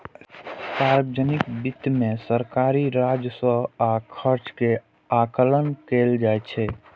सार्वजनिक वित्त मे सरकारी राजस्व आ खर्च के आकलन कैल जाइ छै